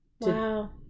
Wow